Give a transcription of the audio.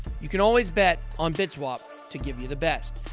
you can always bet on bitswap to give you the best.